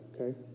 okay